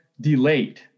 delayed